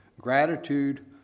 Gratitude